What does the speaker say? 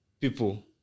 people